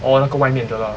oh 那个外面的 lah